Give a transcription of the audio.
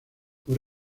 por